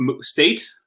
state